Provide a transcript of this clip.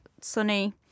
sunny